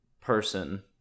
person